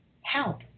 help